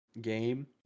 game